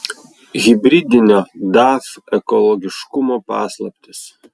hibridinio daf ekologiškumo paslaptys